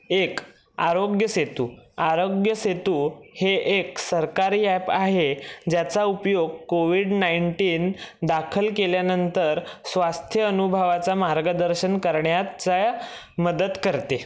एक आरोग्यसेतू आरोग्यसेतू हे एक सरकारी ॲप आहे ज्याचा उपयोग कोविड नाईन्टीन दाखल केल्यानंतर स्वास्थ्य अनुभवाचा मार्गदर्शन करण्याच्या मदत करते